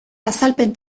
azalpen